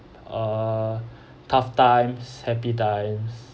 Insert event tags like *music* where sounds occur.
uh *breath* tough times happy times